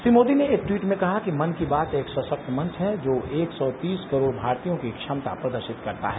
श्री मोदी ने एक टवीट में कहा कि मन की बात एक सशक्त मंच है जो एक सौ तीस करोड़ भारतीयों की क्षमता प्रदर्शित करता है